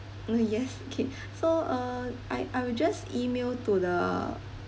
mm yes okay so uh I I will just email to the